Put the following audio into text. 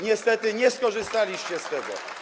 Niestety nie skorzystaliście z tego.